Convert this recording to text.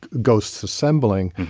ghosts assembling.